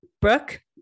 Brooke